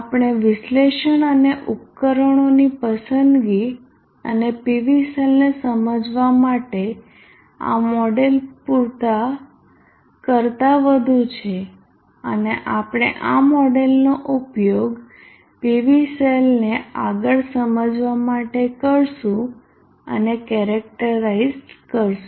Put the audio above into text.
જો કે આપણા વિશ્લેષણ અને ઉપકરણોની પસંદગી અને PV સેલને સમજવા માટે આ મોડેલ પૂરતા કરતાં વધુ છે અને આપણે આ મોડેલનો ઉપયોગ PV સેલને આગળ સમજવા માટે કરીશું અને કેરેક્ટરાઈઝ કરશું